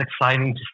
exciting